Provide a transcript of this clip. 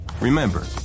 Remember